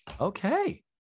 Okay